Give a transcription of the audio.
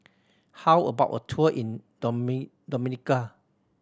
how about a tour in Dominica